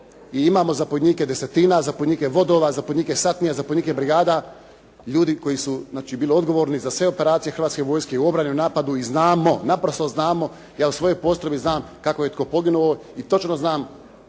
i imamo zapovjednike desetina, zapovjednike vodova, zapovjednike satnija, zapovjednike brigada, ljudi koji su znači bili odgovorni za sve operacije Hrvatske vojske, u obrani, u napadu i znamo, naprosto znamo, ja u svojoj postrojbi znam kako je tko poginuo i točno znam